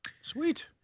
Sweet